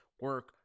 Work